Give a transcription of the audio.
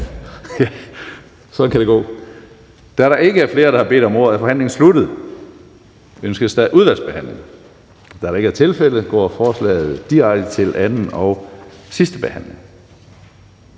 sådan kan det gå. Da der ikke er flere, der har bedt om ordet, er forhandlingen sluttet. Ønskes udvalgsbehandling? Da det ikke er tilfældet, går forslaget direkte til anden og sidste behandling.